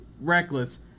reckless